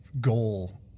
Goal